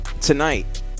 Tonight